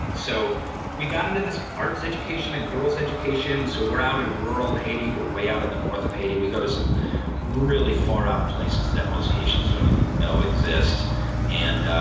so we got into this art's education and girl's education, so we're out in rural haiti. we're way out in the north of haiti. we go to some really far out places that most haitians don't even know exists and